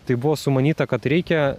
tai buvo sumanyta kad reikia